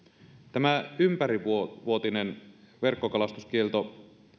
tämä ympärivuotinen verkkokalastuskielto